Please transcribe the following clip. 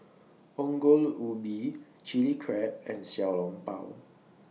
Ongol Ubi Chilli Crab and Xiao Long Bao